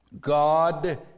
God